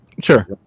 Sure